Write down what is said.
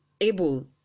able